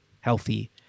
healthy